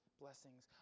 blessings